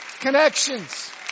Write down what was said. connections